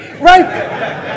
Right